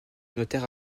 notaire